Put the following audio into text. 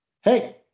hey